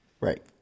Right